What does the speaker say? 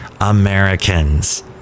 Americans